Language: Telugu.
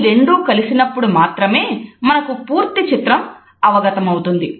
ఈ రెండు కలిసినప్పుడు మాత్రమే మనకు పూర్తి చిత్రం అవగతమౌతుంది